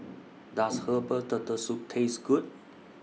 Does Herbal Turtle Soup Taste Good